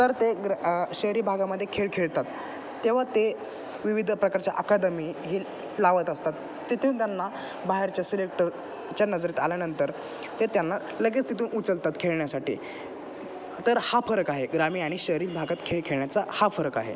तर ते ग्र शहरी भागामध्ये खेळ खेळतात तेव्हा ते विविध प्रकारच्या अकादमी हे लावत असतात तिथून त्यांना बाहेरच्या सिलेक्टर च्या नजरेत आल्यानंतर ते त्यांना लगेच तिथून उचलतात खेळण्यासाठी तर हा फरक आहे ग्रामीण आणि शहरी भागात खेळ खेळण्याचा हा फरक आहे